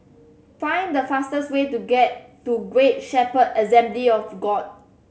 find the fastest way to to Great Shepherd Assembly of God